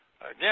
Again